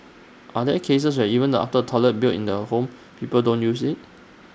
are there cases where even after toilet built in the home people don't use IT